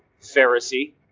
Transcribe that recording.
Pharisee